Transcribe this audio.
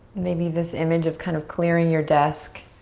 maybe this image of kind of clearing your desk.